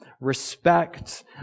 respect